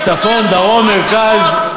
צפון, דרום, מרכז.